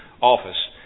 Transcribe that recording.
office